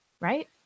right